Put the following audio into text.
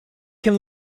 can